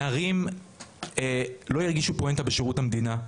נערים לא ירגישו פואנטה בשירות המדינה,